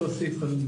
נפתחו